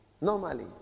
Normally